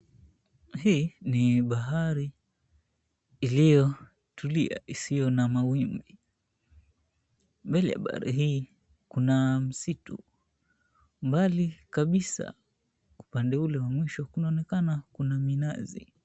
Hii ni bahari iliyo tulia isiyo na mawimbi. Mbele ya bahari hii kuna msitu. Mbali kabisa upande ule wa mwisho kunaonekana kuna minazi.